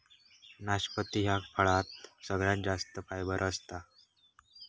नाशपती ह्या फळात सगळ्यात जास्त फायबर असता